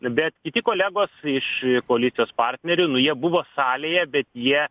bet kiti kolegos iš koalicijos partnerių nu jie buvo salėje bet jie